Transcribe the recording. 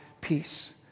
peace